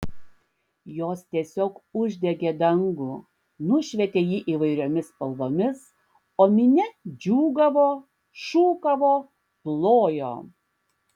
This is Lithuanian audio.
jos tiesiog uždegė dangų nušvietė jį įvairiomis spalvomis o minia džiūgavo šūkavo plojo